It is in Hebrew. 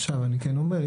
עכשיו אני כן אומר,